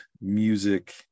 music